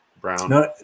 Brown